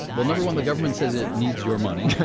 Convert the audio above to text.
well, no. one the government says it needs your money.